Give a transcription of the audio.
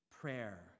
prayer